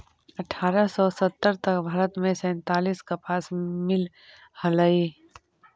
अट्ठारह सौ सत्तर तक भारत में सैंतालीस कपास मिल हलई